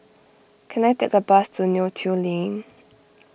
can I take a bus to Neo Tiew Lane